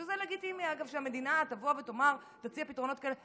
שזה לגיטימי שהמדינה תציע פתרונות כאלה,